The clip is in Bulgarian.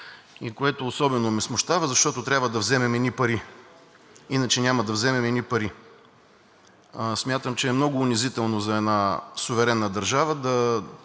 и което особено ме смущава, защото трябва да вземем едни пари, иначе няма да вземем едни пари. Смятам, че е много унизително за една суверенна държава да